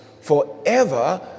forever